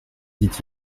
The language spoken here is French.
dit